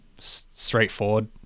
straightforward